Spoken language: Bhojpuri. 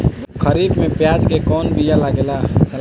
खरीफ में प्याज के कौन बीया लागेला?